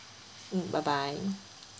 mm bye bye